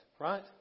right